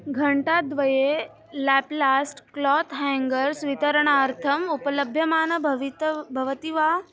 घण्टाद्वये लेप्लास्ट् cloth hangers वितरणार्थम् उपलभ्यमाना भवति भवति वा